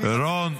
רון,